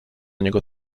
niego